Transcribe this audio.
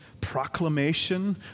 proclamation